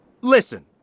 Listen